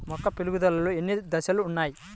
మొక్క పెరుగుదలలో ఎన్ని దశలు వున్నాయి?